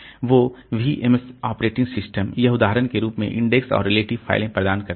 तो VMS operating system यह उदाहरण के रूप में इंडेक्स और रिलेटिव फाइलें प्रदान करता है